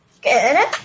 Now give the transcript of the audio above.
Good